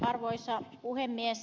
arvoisa puhemies